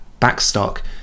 backstock